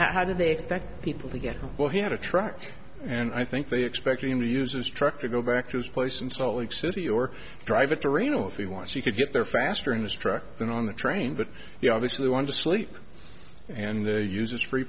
how do they expect people to get well he had a truck and i think they expected him to use his truck to go back to his place in salt lake city or drive it to reno if he wants he could get there faster in his truck than on the train but you obviously want to sleep and uses free